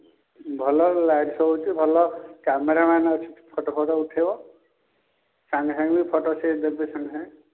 ଭଲ light light so' ହେଉଛି ଭଲ କ୍ୟାମେରାମ୍ୟାନ୍ ଅଛନ୍ତି ଫୋଟୋ ଫୋଟୋ ଉଠେଇବ ସାଙ୍ଗେସାଙ୍ଗେ ବି ଫୋଟୋ ସେ ଦେବେ ସାଙ୍ଗେସାଙ୍ଗେ